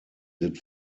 did